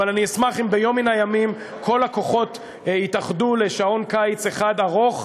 אבל אני אשמח אם ביום מן הימים כל הכוחות יתאחדו לשעון קיץ אחד ארוך,